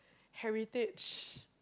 heritage